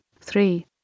three